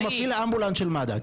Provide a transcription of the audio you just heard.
הוא מפעיל אמבולנס של מד"א.